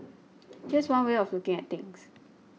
here's one way of looking at things